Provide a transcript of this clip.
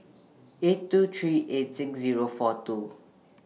eight two three eight six Zero four two